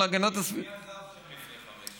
מי עזב שם לפני חמש שנים?